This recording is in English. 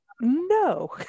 no